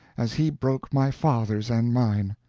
as he broke my father's and mine.